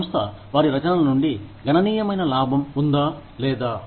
సంస్థ వారి రచనల నుండి గణనీయమైన లాభం ఉందా లేదా